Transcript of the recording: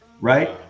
right